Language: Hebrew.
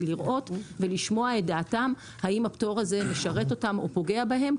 לראות ולשמוע את דעתם האם הפטור הזה משרת אותם או פוגע בהם,